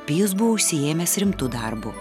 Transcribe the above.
pijus buvo užsiėmęs rimtu darbu